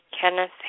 Kenneth